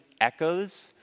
echoes